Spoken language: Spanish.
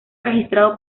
registrado